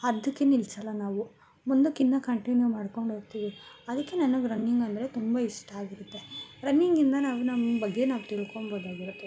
ಅರ್ಧಕ್ಕೆ ನಿಲ್ಲಿಸಲ್ಲ ನಾವು ಮುಂದಕ್ಕೆ ಇನ್ನೂ ಕಂಟಿನ್ಯೂ ಮಾಡ್ಕೊಂಡೋಗ್ತಿವಿ ಅದಕ್ಕೆ ನನಗೆ ರನ್ನಿಂಗಂದರೆ ತುಂಬ ಇಷ್ಟ ಆಗಿರತ್ತೆ ರನ್ನಿಂಗಿಂದ ನಾವು ನಮ್ಮ ಬಗ್ಗೆ ನಾವು ತಿಳ್ಕೊಂಬೋದಾಗಿರತ್ತೆ